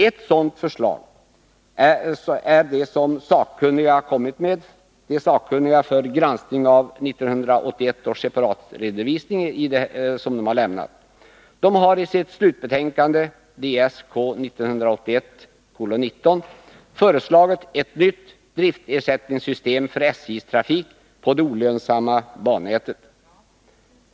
Ett sådant är det förslag som sakkunniga för granskning av 1981 års separatredovisning lämnat. De har i sitt slutbetänkande föreslagit ett nytt driftersättningssystem för SJ:s trafik på det olönsamma bannätet.